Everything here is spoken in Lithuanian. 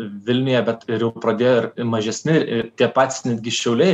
vilniuje bet ir jau pradėjo ir mažesni ir tie patys netgi šiauliai